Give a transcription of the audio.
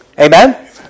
Amen